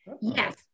Yes